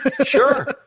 Sure